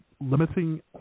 Limiting